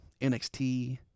NXT